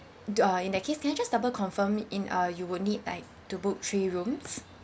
uh in that case can I just double confirm in uh you would need like to book three rooms